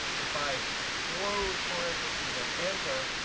if i close parentheses and enter,